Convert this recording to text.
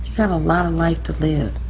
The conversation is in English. got a lot of life to live.